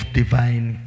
divine